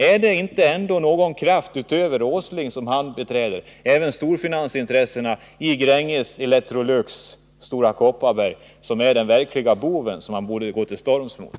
Är det ändå inte någon kraft utöver industriminister Åsling, t.ex. storfinansintressena i Gränges, Electrolux och Stora Kopparberg, som är den verkliga boven som man borde gå till storms mot?